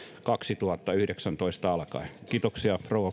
kaksituhattayhdeksäntoista alkaen kiitoksia rouva